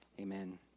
amen